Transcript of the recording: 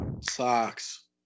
Socks